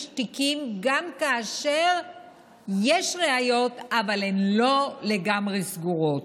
תיקים גם כאשר יש ראיות אבל הן לא לגמרי סגורות.